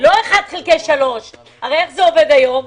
לא 1:3. איך זה עובד היום?